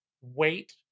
wait